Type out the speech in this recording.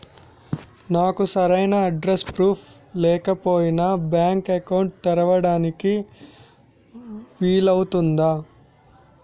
నాకు సరైన address proof లేకపోయినా బ్యాంక్ అకౌంట్ తెరవడానికి వీలవుతుందా?